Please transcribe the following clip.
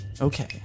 Okay